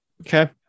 Okay